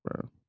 bro